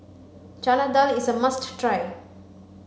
Chana Dal is a must try